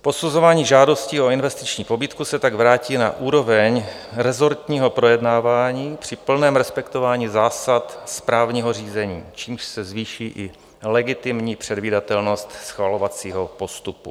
Posuzování žádostí o investiční pobídku se tak vrátí na úroveň rezortního projednávání při plném respektování zásad správního řízení, čímž se zvýší legitimní předvídatelnost schvalovacího postupu.